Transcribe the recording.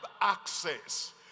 access